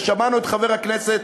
ושמענו את חבר הכנסת